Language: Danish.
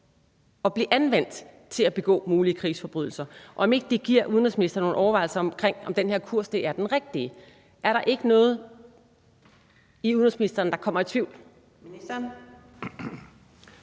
kan blive anvendt til at begå mulige krigsforbrydelser, så ikke giver udenrigsministeren anledning til nogle overvejelser om, hvorvidt den her kurs er den rigtige. Er der ikke noget i udenrigsministeren, der kommer i tvivl?